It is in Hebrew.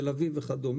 תל אביב וכדומה,